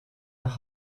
nach